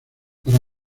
para